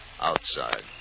outside